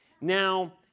Now